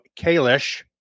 Kalish